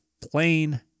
plain